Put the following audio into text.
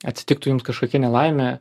atsitiktų jums kažkokia nelaimė